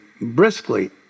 briskly